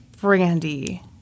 Brandy